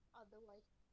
otherwise